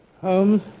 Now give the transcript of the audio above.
holmes